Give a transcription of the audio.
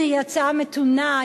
היא הצעה מתונה,